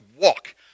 walk